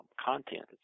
content